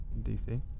DC